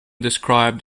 described